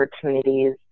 opportunities